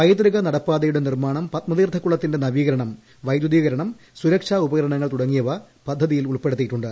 പൈതൃക നടപ്പാതയുടെ നിർമാണം പത്മതീർത്ഥക്കുളത്തിന്റെ നവീകരണം വൈദ്യുതീകരണം സുരക്ഷാ ഉപകരണങ്ങൾ തുടങ്ങി യവ പദ്ധതിയിൽ ഉൾപ്പെടുത്തിയിട്ടുണ്ട്